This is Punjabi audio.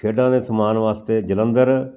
ਖੇਡਾਂ ਦੇ ਸਮਾਨ ਵਾਸਤੇ ਜਲੰਧਰ